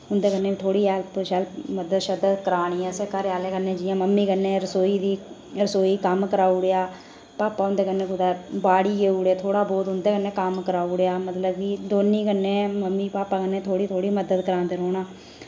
उंदे कन्नै बी थोह्ड़ी हैल्प शैल्प मदद शदद करानी असें घरे आह्लें कन्नै जि'यां मम्मी कन्नै रसोई दी रसोई कम्म कराउड़ेआ पापा हुन्दे कन्नै कुतै बाड़ी गेउड़े थोह्ड़ा बहुत उंदे कन्नै कम्म कराउड़ेया मतलब कि दोनीं कन्नै मम्मी पापा कन्नै थोह्ड़ी थोह्ड़ी मदद करांदे रौह्नना